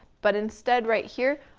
but instead right here,